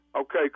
Okay